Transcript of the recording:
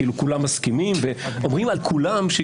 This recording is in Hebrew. כאילו כולם מסכימים ואומרים על כולם.